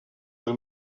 del